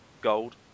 gold